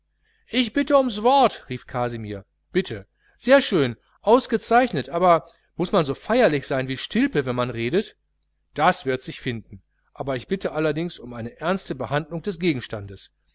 ich bitte ums wort rief kasimir bitte sehr schön ausgezeichnet aber muß man so feierlich sein wie stilpe wenn man redet das wird sich finden aber ich bitte allerdings um eine ernste behandlung des gegenstandes